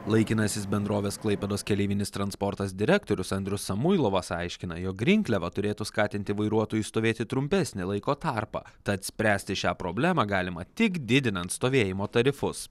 laikinasis bendrovės klaipėdos keleivinis transportas direktorius andrius samuilovas aiškina jog rinkliava turėtų skatinti vairuotojus stovėti trumpesnį laiko tarpą tad spręsti šią problemą galima tik didinant stovėjimo tarifus